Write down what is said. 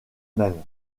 même